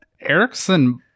Erickson